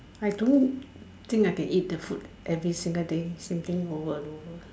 I don't think I can eat the food every single day same thing over and over